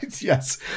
yes